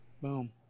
Boom